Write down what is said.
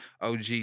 OG